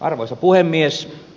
arvoisa puhemies